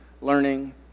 learning